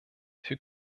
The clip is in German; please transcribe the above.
für